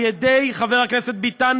חבר הכנסת ביטן,